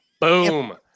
Boom